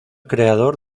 creador